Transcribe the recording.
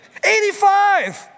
85